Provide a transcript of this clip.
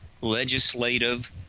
legislative